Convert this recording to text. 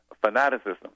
fanaticism